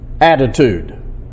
attitude